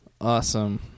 Awesome